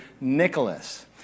Nicholas